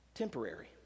temporary